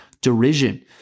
derision